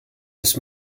ist